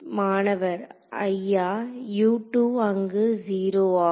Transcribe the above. மாணவர் ஐயா அங்கு 0 ஆகும்